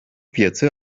fiyatı